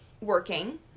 working